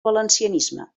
valencianisme